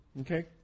Okay